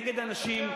נגד אנשים,